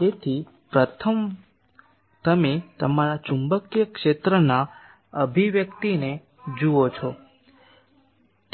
તેથી પ્રથમ તમે તમારા ચુંબકીય ક્ષેત્રના અભિવ્યક્તિને જુઓ છો